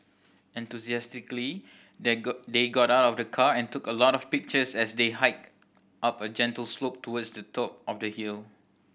enthusiastically they they got out of the car and took a lot of pictures as they hiked up a gentle slope towards the top of the hill